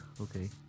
okay